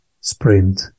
sprint